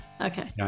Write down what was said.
Okay